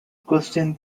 question